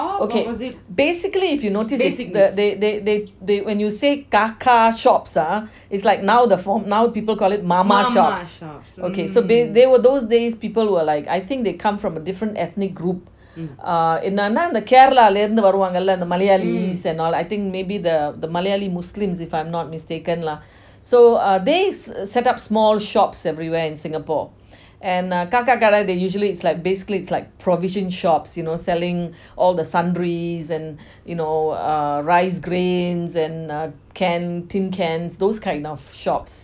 okay basically if you notice they they they when you say kaka shops ah is like now the for~ now people call it mama shops so so there were those days people were like I think they come from different a ethnic group என்னனா இந்த கேரளா லந்து வருவார்களா அந்த Malayalees intha kerala lanthu varuvangala antha malayaales and all I think maybe the Malayali muslims if I am not mistaken lah so uh they set up small shops everywhere in singapore and uh kaka கடை:kada they is like basically is like provision shops you know selling all the sundries and rice grains and uh can tin can those kind of shopes